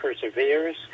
perseveres